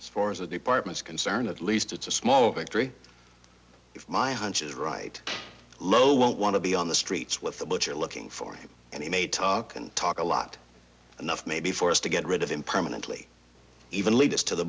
as far as the department is concerned at least it's a small victory if my hunch is right low won't want to be on the streets with the butcher looking for him and he may talk and talk a lot enough maybe for us to get rid of him permanently even lead us to the